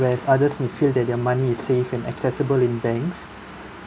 whereas others may feel that their money is safe and accessible in banks